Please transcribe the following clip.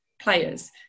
players